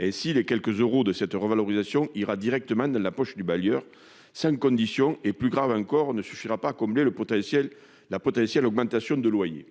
Ainsi, les quelques euros de cette revalorisation iront directement dans la poche du bailleur sans condition et, plus grave encore, ne suffiront pas à combler la potentielle augmentation de loyer.